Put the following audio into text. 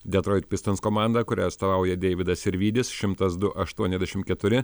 detroit pistons komanda kuriai atstovauja deividas sirvydis šimtas du aštuoniasdešim keturi